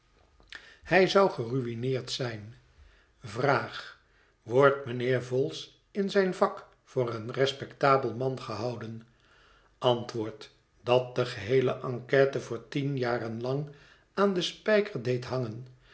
hij zou geruïneerd zijn vraag wordt mijnheer vholes in zijn vak voor een respectabel man gehouden antwoord dat de gehëele enquête voor tien jaren lang aan den spijker deed hangen